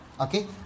Okay